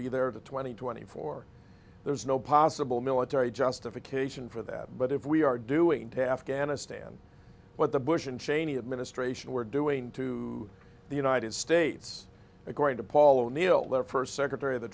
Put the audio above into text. be there to twenty twenty four there's no possible military justification for that but if we are doing to afghanistan what the bush and cheney administration were doing to the united states according to paul o'neill the first secretary of the